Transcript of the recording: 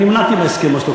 אני נמנעתי בהסכם אוסלו,